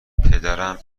پدرم